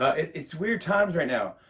it's weird times right now.